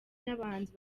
n’abahanzi